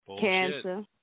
Cancer